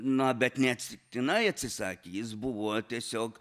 na bet neatsitiktinai atsisakė jis buvo tiesiog